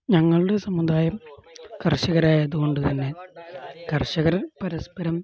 ഞങ്ങളുടെ സമുദായം കർഷകരായത് കൊണ്ട് തന്നെ കർഷകർ പരസ്പരം